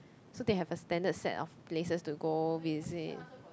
so they have a standard set of places to go visit